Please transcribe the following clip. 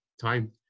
time